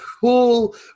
cool